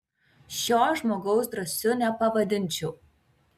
šio žmogaus drąsiu nepavadinčiau